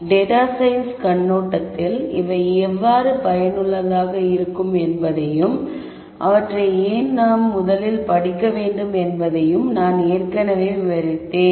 data science கண்ணோட்டத்தில் இவை எவ்வாறு பயனுள்ளதாக இருக்கும் என்பதையும் அவற்றை ஏன் முதலில் படிக்க வேண்டும் என்பதையும் நான் ஏற்கனவே விவரித்தேன்